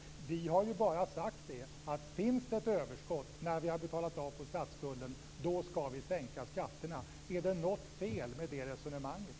Vi har bara sagt: Finns det ett överskott när vi har betalat av på statsskulden skall vi sänka skatterna. Är det någonting fel med det resonemanget?